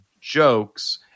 jokes